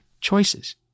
choices